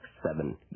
Seven